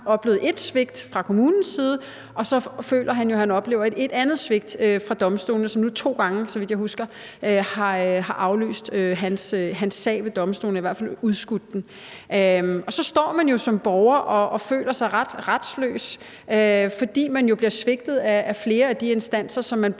oplevet ét svigt fra kommunens side, og så føler han jo, at han oplever et andet svigt fra domstolene, som nu to gange, så vidt jeg husker, har aflyst hans sag ved domstolene – i hvert fald udskudt den. Og så står man som borger og føler sig ret retsløs, fordi man jo bliver svigtet af flere af de instanser, som man burde